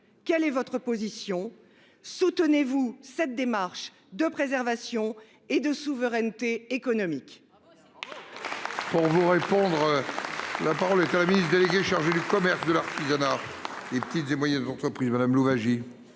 Quelle est votre position ? Soutenez vous cette démarche de préservation et de souveraineté économique